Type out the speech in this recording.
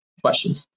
questions